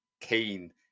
keen